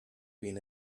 been